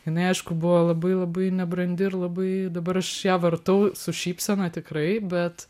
jinai aišku buvo labai labai nebrandi ir labai dabar aš ją vartau su šypsena tikrai bet